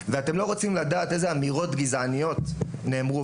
ואתם לא רוצים לדעת אילו אמירות גזעניות נאמרו.